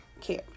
Care